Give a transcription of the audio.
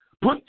Put